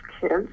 kids